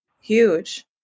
Huge